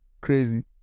Crazy